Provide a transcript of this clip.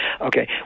okay